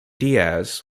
diaz